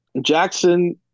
Jackson